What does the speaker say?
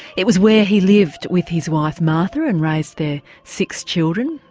it was where he lived with his wife martha and raised their six children,